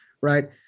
right